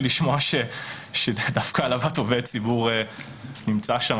לשמוע שדווקא עבירת העלבת עובד ציבור נמצאת שם,